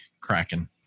Kraken